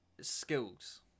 Skills